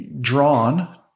drawn